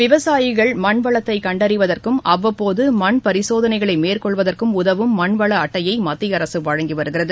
விவசாயிகள் மண் வளத்தை கண்டறிவதற்கும் அவ்வப்போது மண் பரிசோதனைகளை மேற்கொள்வதற்கும் உதவும் மண் வள அட்டையை மத்திய அரசு வழங்கி வருகிறது